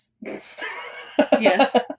Yes